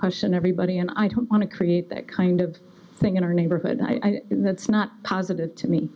question everybody and i don't want to create that kind of thing in our neighborhood i mean that's not positive to me